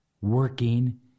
working